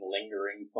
Lingering